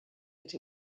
that